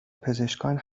پزشکان